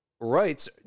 rights